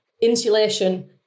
Insulation